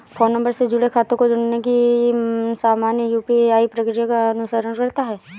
phone number से जुड़े खातों को जोड़ने की सामान्य यू.पी.आई प्रक्रिया का अनुसरण करता है